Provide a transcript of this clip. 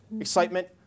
Excitement